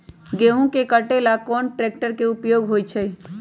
गेंहू के कटे ला कोंन ट्रेक्टर के उपयोग होइ छई?